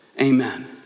Amen